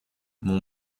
mon